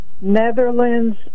Netherlands